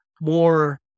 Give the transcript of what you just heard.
more